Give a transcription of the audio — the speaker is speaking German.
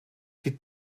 die